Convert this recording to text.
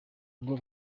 ngo